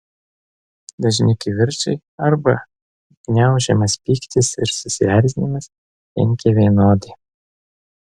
dažni kivirčai arba gniaužiamas pyktis ir susierzinimas kenkia vienodai